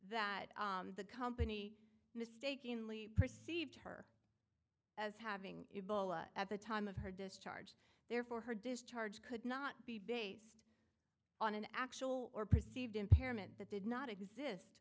that the company mistakenly perceived her as having a ball at the time of her discharge therefore her discharge could not be based on an actual or perceived impairment that did not exist